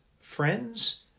friends